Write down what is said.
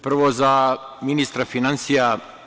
Prvo za ministra finansija.